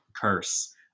curse